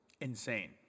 insane